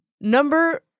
Number